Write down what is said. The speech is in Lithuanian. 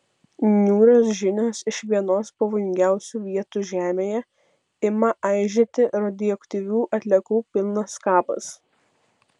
niūrios žinios iš vienos pavojingiausių vietų žemėje ima aižėti radioaktyvių atliekų pilnas kapas